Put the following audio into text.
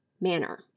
manner